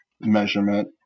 measurement